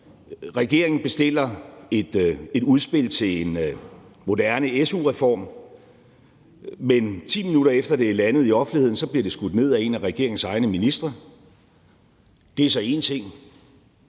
Regeringen bestiller et udspil til en moderne su-reform, men 10 minutter efter, at det er landet i offentligheden, bliver det skudt ned af en af regeringens egne ministre. Det er så én ting.